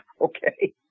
okay